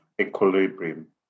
equilibrium